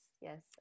yes